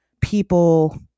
people